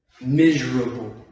Miserable